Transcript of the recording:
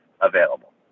available